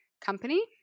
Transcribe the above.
company